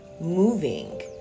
moving